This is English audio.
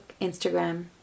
Instagram